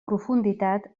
profunditat